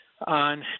on